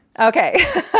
Okay